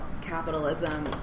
capitalism